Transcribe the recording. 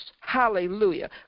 hallelujah